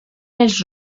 els